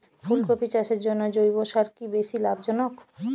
ফুলকপি চাষের জন্য জৈব সার কি বেশী লাভজনক?